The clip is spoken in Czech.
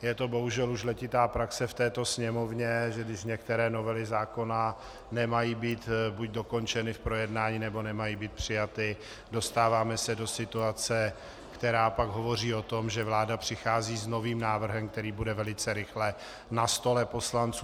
Je to bohužel už letitá praxe v této Sněmovně, že když některé novely zákona nemají být buď dokončeny v projednání, nebo nemají být přijaty, dostáváme se do situace, která pak hovoří o tom, že vláda přichází s novým návrhem, který bude velice rychle na stole poslanců.